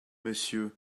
monsieur